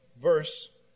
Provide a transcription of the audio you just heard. verse